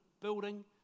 building